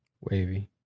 Wavy